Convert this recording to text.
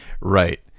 Right